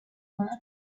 more